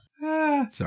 Sorry